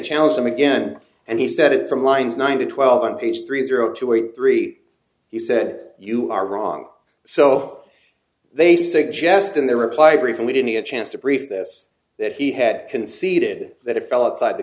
challenged him again and he said it from lines nine to twelve on page three zero two eight three he said you are wrong so they suggest in their reply brief and we did me a chance to brief this that he had conceded that it fell outside the